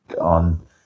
on